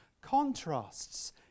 contrasts